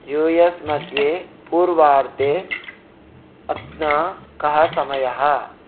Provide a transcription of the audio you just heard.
you एस्मध्ये पूर्वार्धे अधुना कः समयः